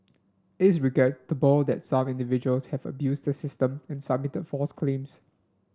it's regrettable that some individuals have abused the system and submitted false claims